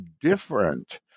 different